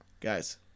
Guys